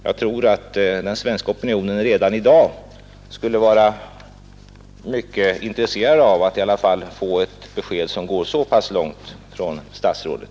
Jag tror att den svenska opinionen redan i dag skulle vara mycket intresserad av att från herr statsrådet få ett besked som går i varje fall så pass långt.